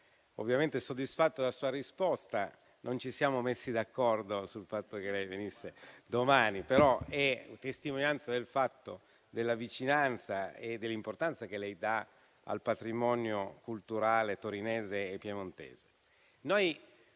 ovviamente soddisfatto della sua risposta. Non ci siamo messi d'accordo sul fatto che lei venisse domani, però è testimonianza della vicinanza e dell'importanza che lei dà al patrimonio culturale torinese e piemontese.